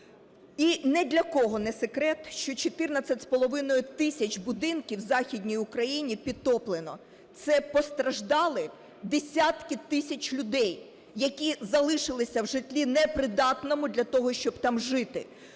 І не для кого не секрет, що 14 з половиною тисяч будинків в Західній Україні підтоплено. Це постраждали десятки тисяч людей, які залишилися в житлі, непридатному для того, щоб там жити.